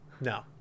no